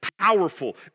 powerful